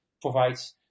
provides